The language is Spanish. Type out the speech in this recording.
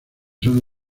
son